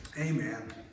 amen